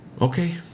Okay